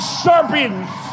serpents